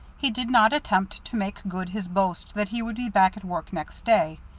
he did not attempt to make good his boast that he would be back at work next day,